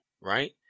right